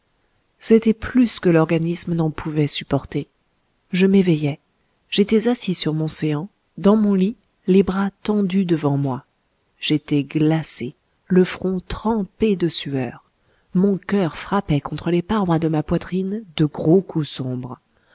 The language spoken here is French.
c'était plus que l'organisme n'en pouvait supporter je m'éveillai j'étais assis sur mon séant dans mon lit les bras tendus devant moi j'étais glacé le front trempé de sueur mon cœur frappait contre les parois de ma poitrine de gros coups sombres